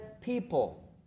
people